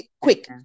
quick